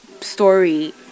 story